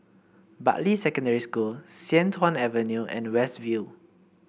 Bartley Secondary School Sian Tuan Avenue and West View